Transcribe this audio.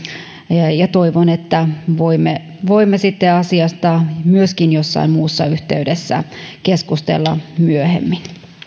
ja toivon että voimme voimme sitten asiasta myöskin jossain muussa yhteydessä keskustella myöhemmin